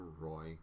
Roy